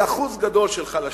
היא אחוז גדול של חלשים,